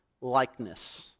likeness